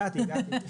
הגעתי.